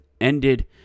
ended